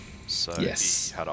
Yes